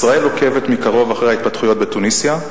ישראל עוקבת מקרוב אחרי ההתפתחויות בתוניסיה.